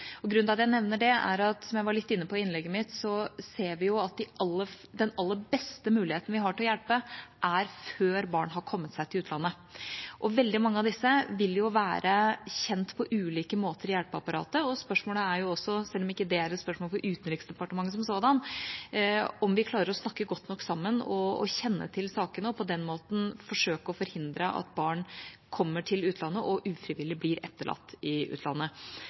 utlandet. Grunnen til at jeg nevner det, er – som jeg var litt inne på i innlegget mitt – at vi ser at vi har aller best mulighet til å hjelpe før barn har kommet til utlandet. Veldig mange av disse vil jo være kjent på ulike måter i hjelpeapparatet, og spørsmålet er også, selv om det ikke er et spørsmål for Utenriksdepartementet som sådant, om vi klarer å snakke godt nok sammen, kjenne til sakene og på den måten forsøke å forhindre at barn kommer til utlandet og ufrivillig blir etterlatt der. Muligheten til hjelp er mye større da enn når de først er kommet til utlandet.